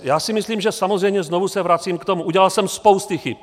Já si myslím, že, samozřejmě znovu se vracím k tomu, udělal jsem spousty chyb.